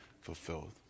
fulfilled